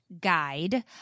guide